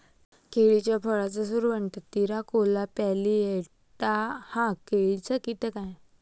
केळीच्या फळाचा सुरवंट, तिराकोला प्लॅजिएटा हा केळीचा कीटक आहे